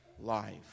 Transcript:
life